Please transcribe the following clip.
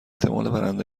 برنده